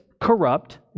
corrupt